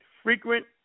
Frequent